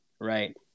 right